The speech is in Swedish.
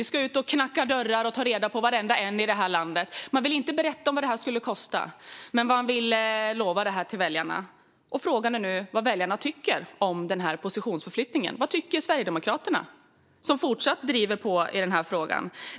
Man skulle ut och knacka dörr och ta reda på varenda en i landet, och man ville inte berätta vad det skulle kosta - men man lovade detta till väljarna. Frågan är nu vad väljarna tycker om positionsförflyttningen. Vad tycker Sverigedemokraterna, som fortsätter att driva på i frågan?